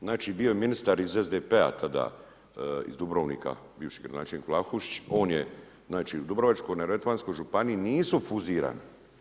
Znači, bio ministar iz SDP-a tada, iz Dubrovnika, bivši gradonačelnik Vlahušić, on je, znači u dubrovačko-neretvanskoj županiji nisu fuzirani.